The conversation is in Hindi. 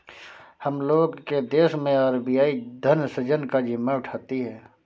हम लोग के देश मैं आर.बी.आई धन सृजन का जिम्मा उठाती है